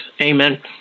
Amen